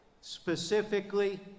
specifically